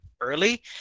early